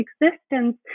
existence